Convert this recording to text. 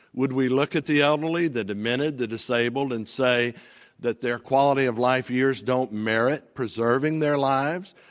would we look at the elderly, the demented, the disabled and say that their quality of life years don't merit preserving their lives?